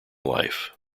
life